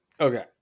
Okay